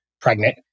pregnant